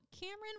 Cameron